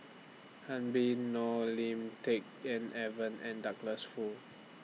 Habib Noh Lim Tik En Edwin and Douglas Foo